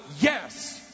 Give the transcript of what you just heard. Yes